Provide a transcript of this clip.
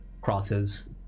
crosses